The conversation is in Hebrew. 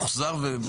הוחזר ובוטל.